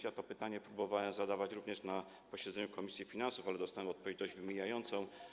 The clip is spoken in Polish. Ja to pytanie próbowałem zadawać również na posiedzeniu Komisji Finansów Publicznych, ale dostałem odpowiedź dość wymijającą.